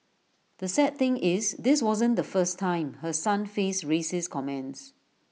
the sad thing is this wasn't the first time her son faced racist comments